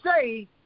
say